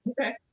Okay